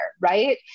right